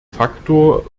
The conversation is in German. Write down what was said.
faktor